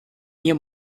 nie